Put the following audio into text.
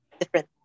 different